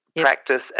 Practice